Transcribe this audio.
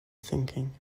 thinking